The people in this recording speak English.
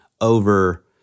over